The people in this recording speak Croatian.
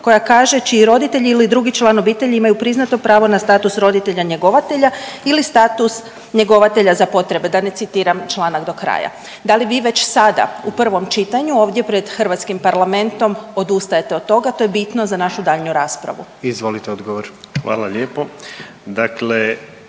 koja kaže „čiji roditelji ili drugi član obitelji imaju priznato pravo na status roditelja njegovatelja ili status njegovatelja za potrebe“, da ne citiram članak do kraja, da li već sada u prvom čitanju ovdje pred hrvatskom Parlamentom odustajete od toga? To je bitno za našu daljnju raspravu. **Jandroković,